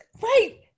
Right